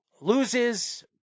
loses